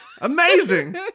Amazing